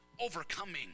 overcoming